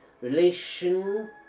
Relation